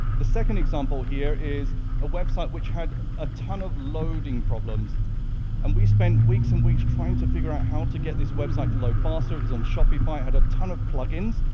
the second example here is a website which had a ton of loading problems and we spent weeks and weeks trying to figure out how to get this website to load faster. it was on shopify, had a ton of plug-ins.